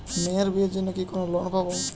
মেয়ের বিয়ের জন্য কি কোন লোন পাব?